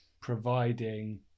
providing